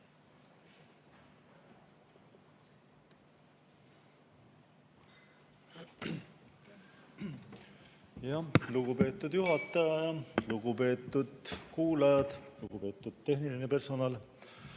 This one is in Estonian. Lugupeetud juhataja! Lugupeetud kuulajad! Lugupeetud tehniline personal!